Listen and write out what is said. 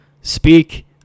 speak